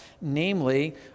Namely